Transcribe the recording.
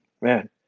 man